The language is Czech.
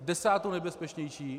Desátou nejbezpečnější!